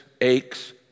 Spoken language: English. aches